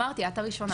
אמרתי, את הראשונה.